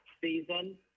season